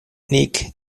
nick